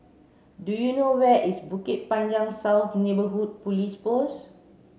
do you know where is Bukit Panjang South Neighbourhood Police Post